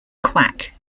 quack